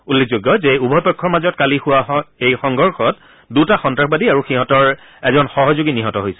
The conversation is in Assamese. উল্লেখযোগ্য যে উভয় পক্ষৰ মাজত কালি হোৱা এই সংঘৰ্ষত দুটা সন্নাসবাদী আৰু সিঁহতৰ এজন সহযোগী নিহত হৈছিল